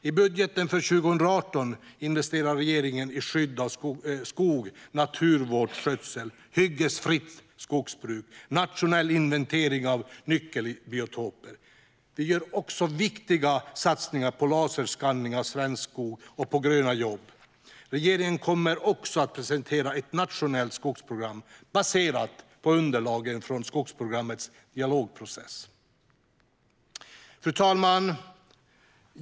I budgeten för 2018 investerar regeringen i skydd av skog, naturvårdsskötsel, hyggesfritt skogsbruk och nationell inventering av nyckelbiotoper. Vi gör också viktiga satsningar på laserskanning av svensk skog och på gröna jobb. Regeringen kommer även att presentera ett nationellt skogsprogram baserat på underlagen från skogsprogrammets dialogprocess. Fru talman!